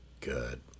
Good